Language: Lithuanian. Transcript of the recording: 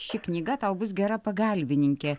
ši knyga tau bus gera pagalbininkė